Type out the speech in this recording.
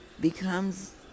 becomes